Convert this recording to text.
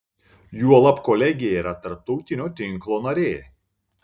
juolab kolegija yra tarptautinio tinklo narė